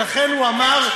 ולכן הוא אמר,